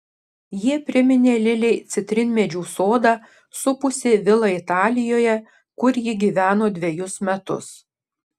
jie priminė lilei citrinmedžių sodą supusį vilą italijoje kur ji gyveno dvejus metus